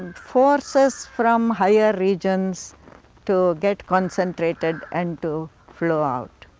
forces from higher regions to get concentrated and to flow out.